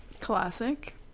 classic